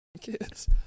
kids